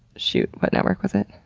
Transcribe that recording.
shoot what network was it?